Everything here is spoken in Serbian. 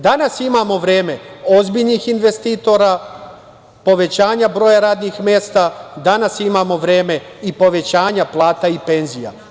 Danas imamo vreme ozbiljnih investitora, povećanja broja radnih mesta, danas imamo vreme i povećanja plata i penzija.